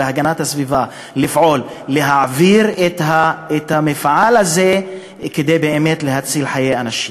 להגנת הסביבה לפעול להעביר את המפעל הזה כדי להציל חיי אנשים.